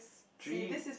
three